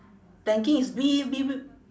planking is B B